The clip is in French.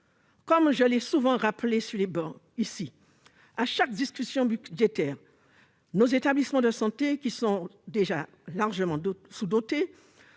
Comme je l'ai souvent rappelé dans cet hémicycle, en particulier à chaque discussion budgétaire, nos établissements de santé, qui sont déjà largement sous-dotés,